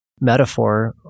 metaphor